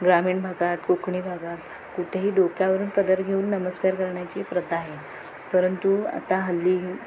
ग्रामीण भागात कोकणी भागात कुठेही डोक्यावरून पदर घेऊन नमस्कार करण्याची प्रथा आहे परंतु आता हल्ली